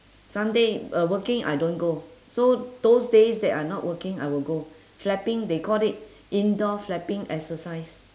some day uh working I don't go so those days that I not working I will go flapping they called it indoor flapping exercise